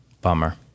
Bummer